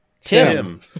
Tim